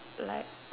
like